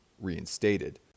reinstated